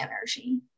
energy